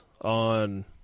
on